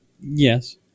Yes